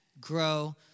grow